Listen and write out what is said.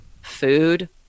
food